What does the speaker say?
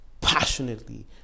passionately